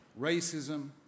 Racism